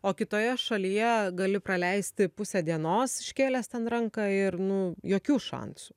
o kitoje šalyje gali praleisti pusę dienos iškėlęs ten ranką ir nu jokių šansų